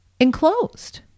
enclosed